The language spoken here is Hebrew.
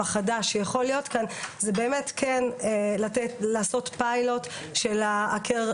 החדש שיכול להיות כאן זה באמת לעשות פיילוט של עקר,